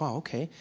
um okay.